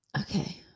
Okay